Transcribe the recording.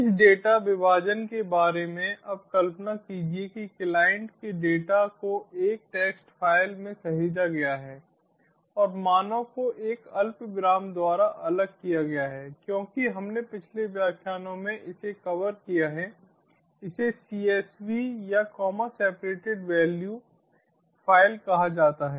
इस डेटा विभाजन के बारे में अब कल्पना कीजिए कि क्लाइंट के डेटा को एक टेक्स्ट फ़ाइल में सहेजा गया है और मानों को एक अल्पविराम द्वारा अलग किया गया है क्योंकि हमने पिछले व्याख्यानों में इसे कवर किया है इसे csv या कोमा सेप्रेटेड वैल्यू फ़ाइल कहा जाता है